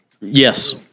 Yes